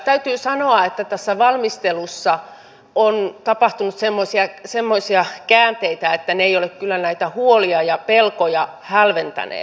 täytyy sanoa että tässä valmistelussa on tapahtunut semmoisia käänteitä että ne eivät ole kyllä näitä huolia ja pelkoja hälventäneet